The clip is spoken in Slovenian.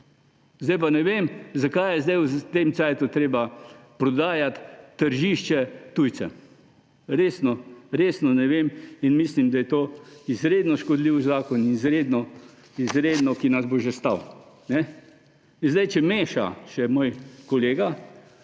Zdaj pa ne vem, zakaj je zdaj, v tem času treba prodajati tržišče tujcem. Resno ne vem in mislim, da je to izredno škodljiv zakon, izredno, ki nas bo še stal. In če zdaj meša moj kolega,